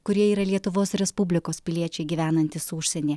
kurie yra lietuvos respublikos piliečiai gyvenantys užsienyje